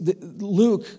Luke